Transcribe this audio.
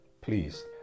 Please